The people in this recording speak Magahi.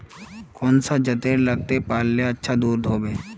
कौन सा जतेर लगते पाल्ले अच्छा दूध होवे?